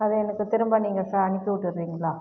அது எனக்கு திரும்ப நீங்கள் சா அனுப்பிவிட்டுறீங்களா